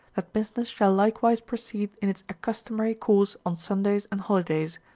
that busmess shall likewise proceed in its accustomary course on sundavs and holidays,